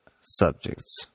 subjects